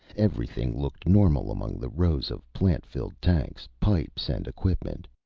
everything looked normal among the rows of plant-filled tanks, pipes and equipment.